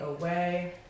away